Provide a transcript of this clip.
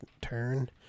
turn